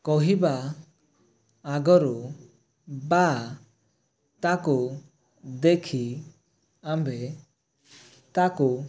କହିବା ଆଗରୁ ବା ତାକୁ ଦେଖି ଆମ୍ଭେ ତାକୁ